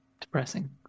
depressing